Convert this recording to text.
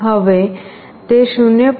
હવે તે 0